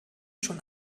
schon